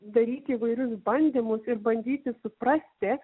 daryti įvairius bandymus ir bandyti suprasti